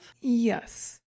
Yes